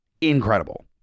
incredible